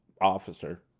officer